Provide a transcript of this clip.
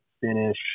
finish